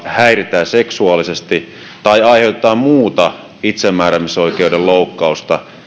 häiritään seksuaalisesti tai aiheutetaan muuta itsemääräämisoikeuden loukkausta